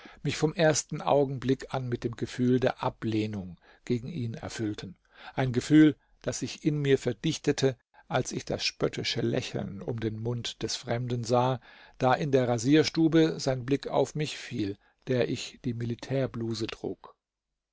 mich vom ersten augenblick an mit dem gefühl der ablehnung gegen ihn erfüllten ein gefühl das sich in mir verdichtete als ich das spöttische lächeln um den mund des fremden sah da in der rasierstube sein blick auf mich fiel der ich die militärbluse trug